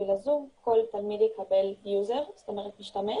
שבשביל הזום כל תלמיד יקבל יוזר, משתמש,